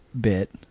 bit